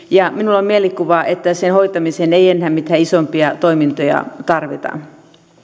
ja minulla on mielikuva että sen hoitamiseen ei enää mitään isompia toimintoja tarvita